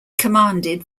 commanded